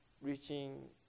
reaching